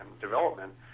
development